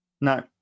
No